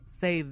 say